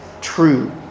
true